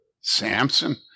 Samson